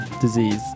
disease